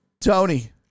tony